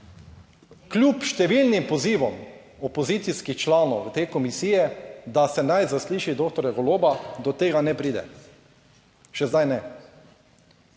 kljub številnim pozivom opozicijskih članov te komisije, da se naj zasliši doktor Goloba, do tega ne pride, še zdaj ne,